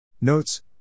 Notes